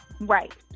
right